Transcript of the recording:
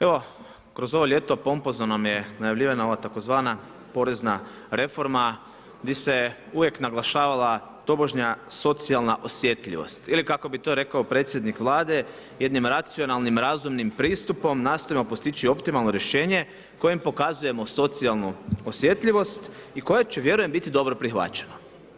Evo, kroz ovo ljeto pompozno nam je najavljivana ova tzv. porezna reforma gdje se uvijek naglašavala tobožnja socijalna osjetljivost ili kako bi to rekao predsjednik Vlade jednim racionalnim razumnim pristupom nastojimo postići optimalno rješenje kojim pokazujemo socijalnu osjetljivost i koje će vjerujem biti dobro prihvaćeno.